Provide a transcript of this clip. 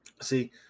See